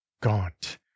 gaunt